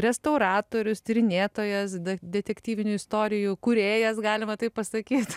restauratorius tyrinėtojas detektyvinių istorijų kūrėjas galima taip pasakyt